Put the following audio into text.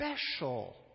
special